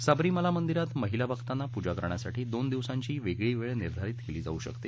सबरीमाला मंदिरात महिला भक्तांना पूजा करण्यासाठी दोन दिवसांची वेगळी वेळ निर्धारित केली जाऊ शकते